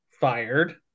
fired